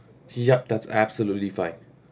yup that's absolutely fine